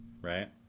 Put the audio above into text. right